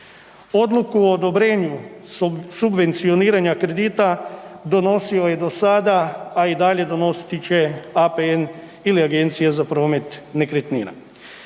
Odluku o odobrenju subvencioniranja kredita donosilo je do sada, a i dalje donositi će APN ili Agencija za promet nekretnina.